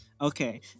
okay